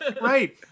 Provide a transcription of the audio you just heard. right